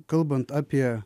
kalbant apie